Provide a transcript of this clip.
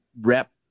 rep